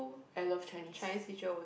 I love Chinese